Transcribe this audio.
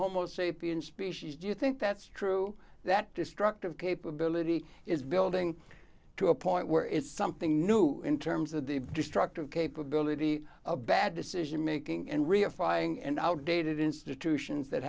homo sapiens species do you think that's true that destructive capability is building to a point where it's something new in terms of the destructive capability a bad decision making and reifying and outdated institutions that